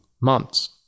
months